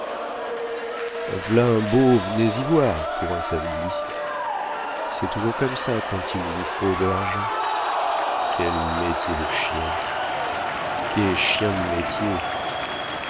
v'là un beau venez y voir pour un samedi c'est toujours comme ça quand il vous faut de l'argent quel métier de chien